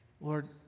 Lord